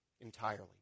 Entirely